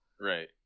right